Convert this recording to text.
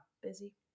Busy